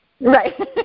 right